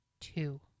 two